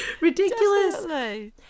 Ridiculous